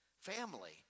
family